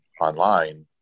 online